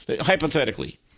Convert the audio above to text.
hypothetically